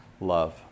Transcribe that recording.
love